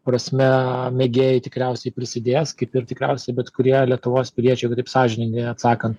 prasme mėgėjai tikriausiai prisidės kaip ir tikriausiai bet kurie lietuvos piliečiai jeigu taip sąžiningai atsakant